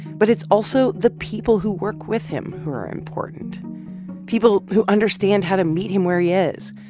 but it's also the people who work with him who are important people who understand how to meet him where he is,